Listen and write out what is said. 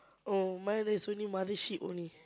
oh mine is only mother sheep only